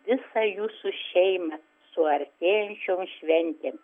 visą jūsų šeimą su artėjančiom šventėm